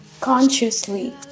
consciously